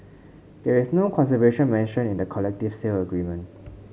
there is no conservation mentioned in the collective sale agreement